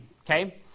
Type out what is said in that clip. okay